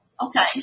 Okay